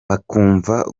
bakumva